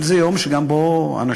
אבל זה גם יום שבו אנשים,